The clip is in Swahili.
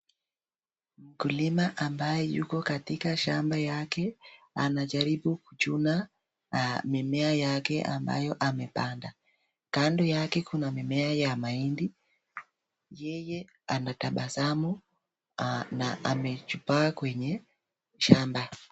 Mkulima ambaye yuko katika shamba yake, anajaribu kuchuna mimea yake ambayo amepanda. Kando yake kuna mimea ya mahindi. Yeye anatabasamu, na amechupaa chenye shamba.